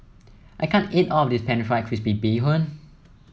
I can't eat all of this pan fried crispy Bee Hoon